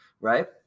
Right